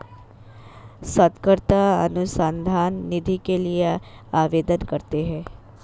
शोधकर्ता अनुसंधान निधि के लिए आवेदन करते हैं